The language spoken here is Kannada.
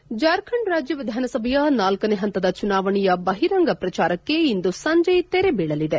ಹೆಡ್ ಜಾರ್ಖಂಡ್ ರಾಜ್ಯ ವಿಧಾನಸಭೆಯ ನಾಲ್ಲನೇ ಹಂತದ ಚುನಾವಣೆಯ ಬಹಿರಂಗ ಪ್ರಚಾರಕ್ಷೆ ಇಂದು ಸಂಜೆ ತೆರೆ ಬೀಳಲಿದೆ